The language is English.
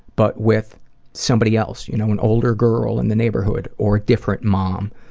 but with somebody else, you know, an older girl in the neighborhood or a different mom,